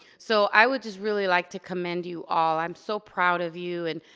so i would just really like to commend you all. i'm so proud of you and,